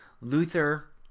Luther